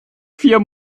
vier